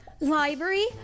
library